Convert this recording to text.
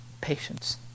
patience